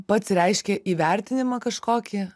pats reiškia įvertinimą kažkokį